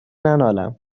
ننالم